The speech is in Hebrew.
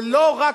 או לא רק,